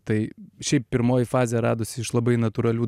tai šiaip pirmoji fazė radosi iš labai natūralių